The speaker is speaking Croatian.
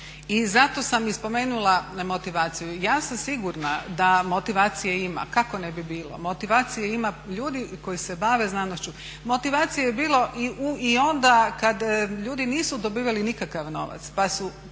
I zato sam i spomenula motivaciju. Ja sam sigurna da motivacije ima, kako ne bi bilo. Motivacije ima, ljudi koji se bave znanošću, motivacije je bilo i onda kad ljudi nisu dobivali nikakav novac pa su